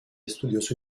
estudios